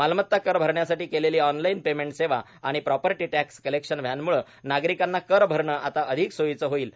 मालमत्ता कर भरण्यासाठी केलेली ऑनलाईन पेंमेट सेवा आणि प्रापर्टी टॅक्स कलेक्शन व्हॅनम्ळे नागरिकांना कर भरणे आता अधिक सोयीचे होईल